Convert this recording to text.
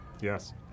yes